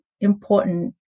important